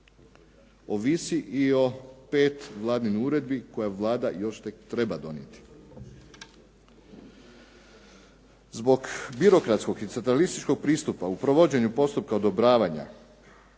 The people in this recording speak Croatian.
ovisi i o pet glavnih uredbi koje Vlada još tek treba donijeti. Zbog birokratskog i centralističkog pristupa u provođenju postupka odobravanja